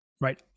right